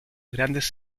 grandes